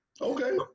Okay